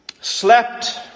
Slept